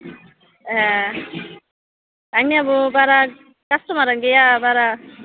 ए आंनियाबो बारा कास्ट'मारानो गैया बारा